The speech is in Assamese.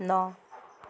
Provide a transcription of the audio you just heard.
ন